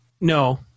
No